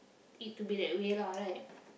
it to be that way lah right